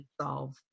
solve